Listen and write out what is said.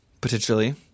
potentially